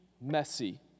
messy